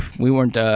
we weren't. ah